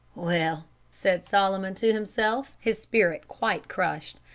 well, said solomon to himself, his spirit quite crushed,